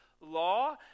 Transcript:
law